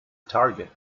target